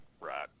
right